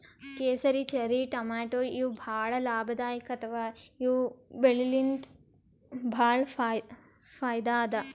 ಕೇಸರಿ, ಚೆರ್ರಿ ಟಮಾಟ್ಯಾ ಇವ್ ಭಾಳ್ ಲಾಭದಾಯಿಕ್ ಅಥವಾ ಇವ್ ಬೆಳಿಲಿನ್ತ್ ಭಾಳ್ ಫೈದಾ ಅದಾ